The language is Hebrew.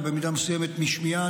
ובמידה מסוימת משמיעה,